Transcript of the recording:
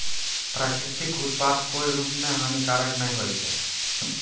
प्राकृतिक उत्पाद कोय रूप म हानिकारक नै होय छै